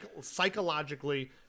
psychologically